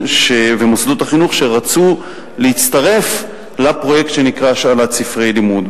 ומוסדות החינוך שרצו להצטרף לפרויקט שנקרא "השאלת ספרי לימוד".